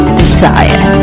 desire